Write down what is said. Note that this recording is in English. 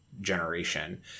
Generation